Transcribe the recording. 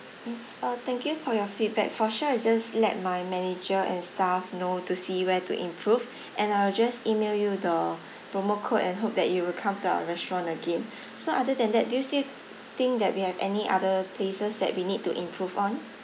yes uh thank you for your feedback for sure I'll just let my manager and staff know to see where to improve and I'll just email you the promo code and hope that you will come to our restaurant again so other than that do you still think that we have any other places that we need to improve on